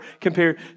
compared